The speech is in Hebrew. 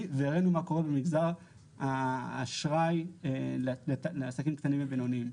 והראינו מה קורה במגזר האשראי לעסקים קטנים ובינוניים.